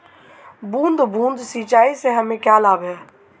बूंद बूंद सिंचाई से हमें क्या लाभ है?